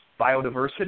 biodiversity